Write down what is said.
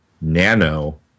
nano